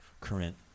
current